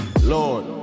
Lord